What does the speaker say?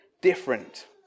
different